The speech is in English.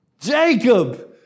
Jacob